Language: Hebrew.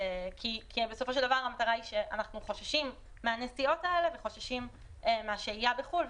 כי בסופו של דבר אנחנו חוששים מהנסיעות האלה וחוששים מהשהייה בחו"ל,